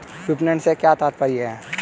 विपणन से क्या तात्पर्य है?